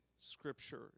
scripture